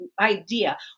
idea